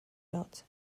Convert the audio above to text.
dot